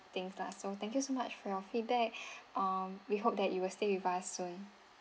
things lah so thank you so much for your feedback um we hope that you will stay with us soon